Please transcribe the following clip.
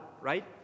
right